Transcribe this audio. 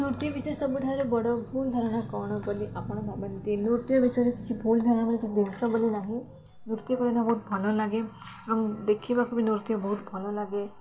ନୃତ୍ୟ ବିଷୟରେ ସବୁଠାରୁ ବଡ଼ ଭୁଲ୍ ଧାରଣା କ'ଣ ବୋଲି ଆପଣ ଭାବନ୍ତି ନୃତ୍ୟ ବିଷୟରେ କିଛି ଭୁଲ୍ ଧାରଣା ବୋଲି କି ଜିନିଷ ବୋଲି ନାହିଁ ନୃତ୍ୟ କହିଲେ ବହୁତ ଭଲ ଲାଗେ ଏବଂ ଦେଖିବାକୁ ବି ନୃତ୍ୟ ବହୁତ ଭଲ ଲାଗେ